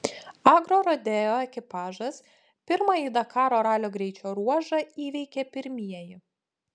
agrorodeo ekipažas pirmąjį dakaro ralio greičio ruožą įveikė pirmieji